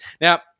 Now